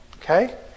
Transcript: Okay